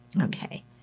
Okay